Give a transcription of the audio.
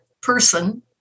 person